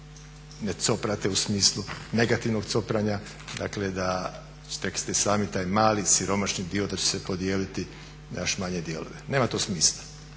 ne coprate u smislu negativnog copranja, dakle … ste i sami taj mali siromašni dio da će se podijeliti na još manje dijelove. Nema to smisla.